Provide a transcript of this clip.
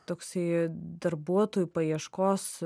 toksai darbuotojų paieškos